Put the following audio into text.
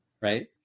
right